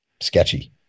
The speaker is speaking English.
sketchy